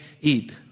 eat